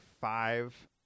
five